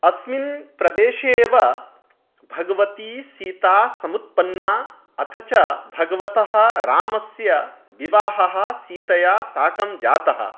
अस्मिन् प्रदेशे एव भगवती सीता समुत्पन्ना अथ च भगवतः रामस्य विवाहः सीतया साकं जातः